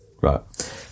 Right